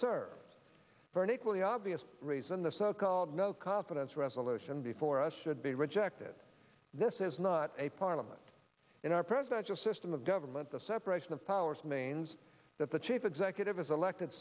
serve for an equally obvious reason the so called no confidence resolution before us should be rejected this is not a parliament in our presidential system of government the separation of powers means that the chief executive is elected